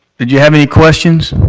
did you have any questions?